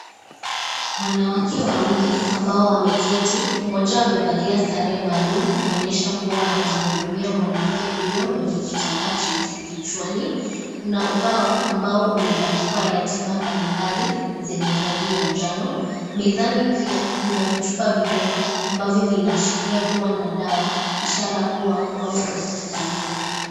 Wanawake wawili ambao wameketi, mmoja amevalia sare maalum kuonyesha kuwa anamhudumia mwanamke huyo mwenye kitambaa cheusi kichwani, kuna ubao ambao umebandikwa ratiba mbalimbali zenye rangi ya jano, mezani pia kuna vichupa vidogo, ambavyo vinaashiria kuwa na dawa, ishara kuwa wamo hospitalini.